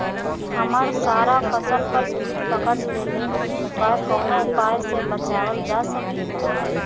हमर सारा फसल पर कीट पकड़ लेले बा कवनो उपाय से बचावल जा सकेला?